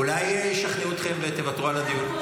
אולי ישכנעו אתכם ותוותרו על הדיון?